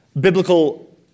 biblical